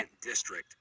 District